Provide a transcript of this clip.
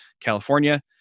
California